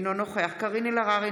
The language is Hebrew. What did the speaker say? אינו נוכח קארין אלהרר,